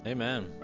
Amen